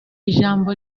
ijambo